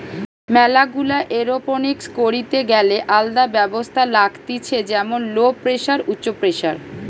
ম্যালা গুলা এরওপনিক্স করিতে গ্যালে আলদা ব্যবস্থা লাগতিছে যেমন লো প্রেসার, উচ্চ প্রেসার